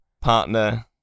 partner